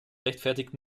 rechtfertigt